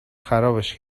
خرابش